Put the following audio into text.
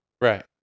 Right